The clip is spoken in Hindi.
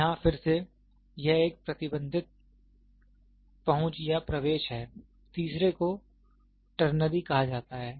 यहां फिर से यह एक प्रतिबंधित पहुंच या प्रवेश है तीसरे को टरनरी कहा जाता है